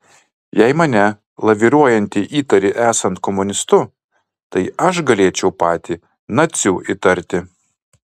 jei mane laviruojantį įtari esant komunistu tai aš galėčiau patį naciu įtarti